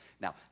Now